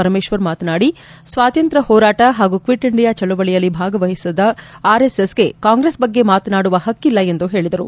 ಪರಮೇಶ್ವರ್ ಮಾತನಾದಿ ಸ್ವಾತಂತ್ರ್ ಹೋರಾಟ ಹಾಗೂ ಕ್ವಿಟ್ ಇಂಡಿಯಾ ಚಳವಳಿಯಲ್ಲಿ ಭಾಗವಹಿಸದ ಆರ್ಎಸ್ಎಸ್ಗೆ ಕಾಂಗ್ರೆಸ್ ಬಗ್ಗೆ ಮಾತನಾಡುವ ಹಕ್ಕಿಲ್ಲ ಎಂದು ಹೇಳಿದರು